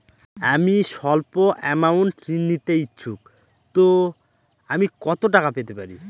আমি সল্প আমৌন্ট ঋণ নিতে ইচ্ছুক তো আমি কত টাকা পেতে পারি?